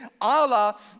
Allah